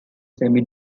semi